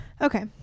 Okay